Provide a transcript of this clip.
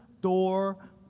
door